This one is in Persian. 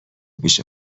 پیش